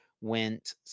went